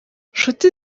nshuti